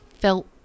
felt